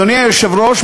אדוני היושב-ראש,